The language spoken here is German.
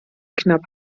knapp